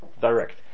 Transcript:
direct